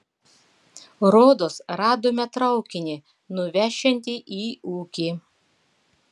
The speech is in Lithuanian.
rodos radome traukinį nuvešiantį į ūkį